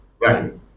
right